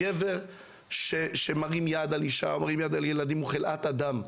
גבר שמרים יד על אישה או על ילדים הוא חלאת אדם,